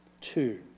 two